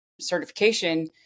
certification